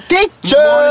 Teacher